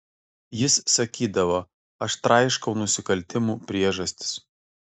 jis sakydavo aš traiškau nusikaltimų priežastis